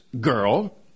girl